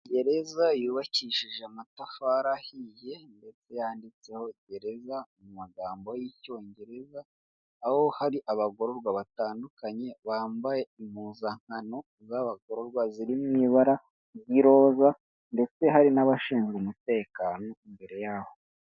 Gereza yubakishije amatafari ahiye ndetse yanditseho gereza mu magambo y'icyongereza, aho hari abagororwa batandukanye bambaye impuzankano z'abagororwa ziri mu ibara ry'iroza ndetse hari n'abashinzwe umutekano imbere yaho.